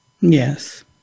Yes